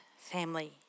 Family